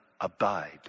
abide